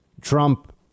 Trump